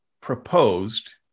proposed